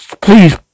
Please